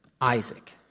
Isaac